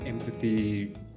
Empathy